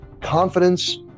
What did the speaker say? confidence